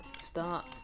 start